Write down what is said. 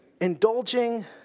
indulging